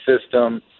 system